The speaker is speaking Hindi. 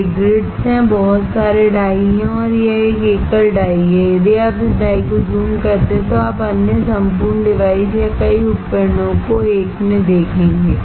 ये ग्रिड्सहैं बहुत सारे डाई हैं और यह एक एकल डाई है और यदि आप इस डाई को जूम करते हैं तो आप अन्य संपूर्ण डिवाइस9device या कई उपकरणों को एक में देखेंगे